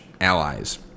allies